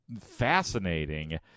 fascinating